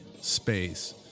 space